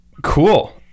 Cool